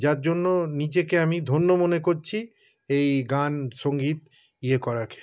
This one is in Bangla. যার জন্য নিজেকে আমি ধন্য মনে করছি এই গান সঙ্গীত করাকে